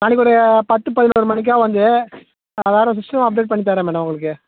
நாளைக்கி ஒரு பத்து பதினோரு மணிக்கா வந்து நான் வேற ஒரு சிஸ்டம் அப்டேட் பண்ணி தரேன் மேடம் உங்களுக்கு